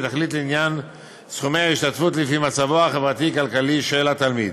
ותחליט לעניין סכומי ההשתתפות לפי מצבו החברתי-כלכלי של התלמיד".